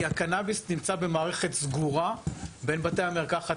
כי הקנביס נמצא במערכת סגורה בין בתי המרקחת